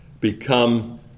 become